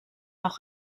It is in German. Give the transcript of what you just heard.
auch